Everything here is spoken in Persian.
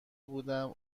بودم